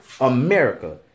America